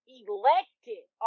elected